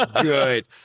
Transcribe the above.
good